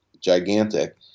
gigantic